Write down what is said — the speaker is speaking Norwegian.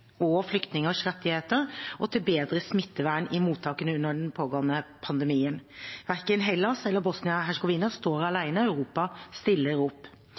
og flyktningers rettigheter og til bedre smittevern i mottakene under den pågående pandemien. Verken Hellas eller Bosnia-Hercegovina står alene. Europa stiller opp.